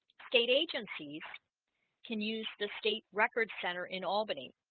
state agencies can use the state records center in albany